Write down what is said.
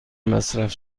مصرف